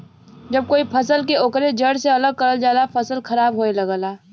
जब कोई फसल के ओकरे जड़ से अलग करल जाला फसल खराब होये लगला